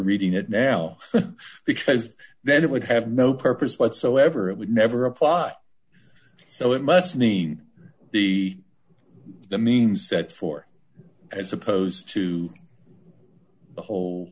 reading it now because then it would have no purpose whatsoever it would never apply so it must mean the the means that for as opposed to the whole